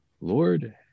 Lord